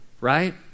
right